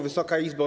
Wysoka Izbo!